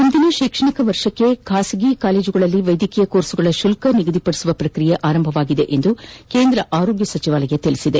ಮುಂದಿನ ಶೈಕ್ಷಣಿಕ ವರ್ಷಕ್ಕೆ ಖಾಸಗಿ ಕಾಲೇಜುಗಳಲ್ಲಿ ವೈದ್ಯಕೀಯ ಕೋರ್ಸ್ಗಳ ಶುಲ್ಕವನ್ನು ನಿಗದಿಪದಿಸುವ ಪ್ರಕ್ರಿಯೆ ಆರಂಭವಾಗಿದೆ ಎಂದು ಕೇಂದ್ರ ಆರೋಗ್ಯ ಸಚಿವಾಲಯ ಹೇಳಿದೆ